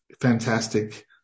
fantastic